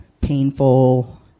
painful